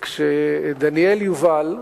כשדניאל יובל,